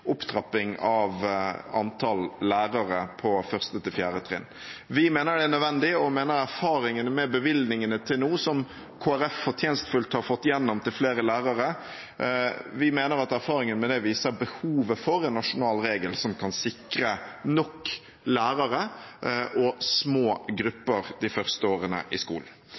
opptrapping av antallet lærere på 1.–4. trinn. Vi mener det er nødvendig, og mener erfaringene med bevilgningene til nå – nå som Kristelig Folkeparti fortjenestefullt har fått igjennom bevilgninger til flere lærere – viser behovet for en nasjonal regel som kan sikre nok lærere og små grupper de første årene i skolen.